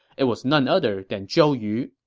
it was none other than zhou yu